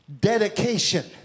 dedication